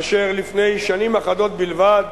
אשר לפני שנים אחדות בלבד